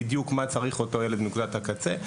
מה צריך אותו ילד בנקודת הקצה.